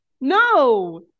No